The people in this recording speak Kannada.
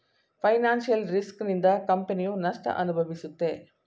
ಫೈನಾನ್ಸಿಯಲ್ ರಿಸ್ಕ್ ನಿಂದ ಕಂಪನಿಯು ನಷ್ಟ ಅನುಭವಿಸುತ್ತೆ